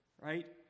Right